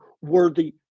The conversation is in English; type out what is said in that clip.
Worthy